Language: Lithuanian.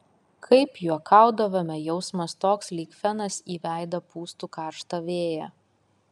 kaip juokaudavome jausmas toks lyg fenas į veidą pūstų karštą vėją